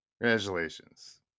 Congratulations